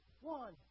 one